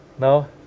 Now